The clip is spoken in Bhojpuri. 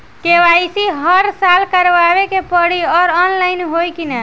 के.वाइ.सी हर साल करवावे के पड़ी और ऑनलाइन होई की ना?